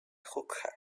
hookahs